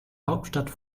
hauptstadt